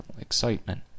excitement